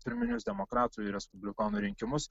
pirminius demokratų ir respublikonų rinkimus